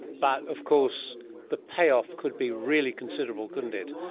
but of course the payoff could be really considerable, couldn't it.